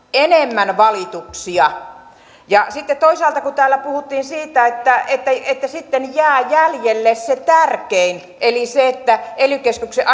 enemmän valituksia sitten toisaalta kun täällä puhuttiin siitä että että sitten jää jäljelle se tärkein eli se että ely keskuksen